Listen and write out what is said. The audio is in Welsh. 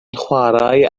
chwarae